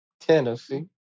Tennessee